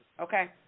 okay